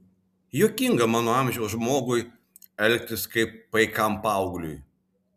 juokinga mano amžiaus žmogui elgtis kaip paikam paaugliui